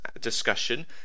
discussion